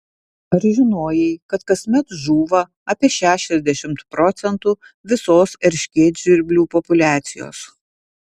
ar žinojai kad kasmet žūva apie šešiasdešimt procentų visos erškėtžvirblių populiacijos